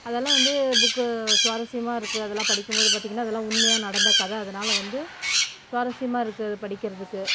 அதெல்லாம் வந்து புக்கு சுவாரஸ்யமாக இருக்குது அதெல்லாம் படிக்கும்போது பார்த்தீங்கன்னா அதெல்லாம் உண்மையா நடந்த கதை அதனால வந்து சுவாரஸ்யமாக இருக்குது அதை படிக்கிறதுக்கு